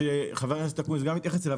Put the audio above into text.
שחבר הכנסת אקוניס גם התייחס אליו,